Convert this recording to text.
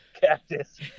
Cactus